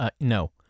no